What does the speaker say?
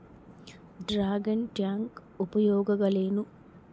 Dragon tank ಉಪಯೋಗಗಳೇನು?